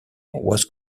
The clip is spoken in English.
was